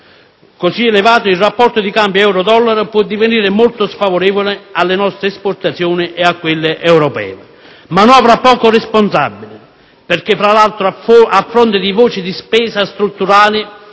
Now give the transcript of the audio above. così elevato il rapporto di cambio euro-dollaro possa divenire molto sfavorevole alle nostre esportazioni e a quelle europee. Si tratta di una manovra poco responsabile, perché tra l'altro, a fronte di voci di spesa strutturali,